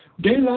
Daylight